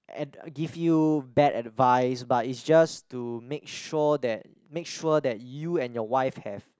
and give you bad advice but it's just to make sure that make sure that you and your wife have